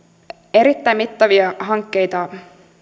erittäin mittavia hankkeita